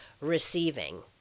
receiving